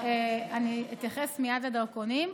אני אתייחס מייד לדרכונים.